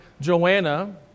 Joanna